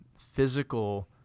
physical